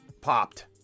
popped